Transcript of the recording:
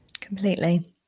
completely